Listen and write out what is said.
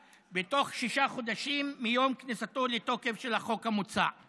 בתוך שישה חודשים מיום כניסתו של החוק המוצע לתוקף.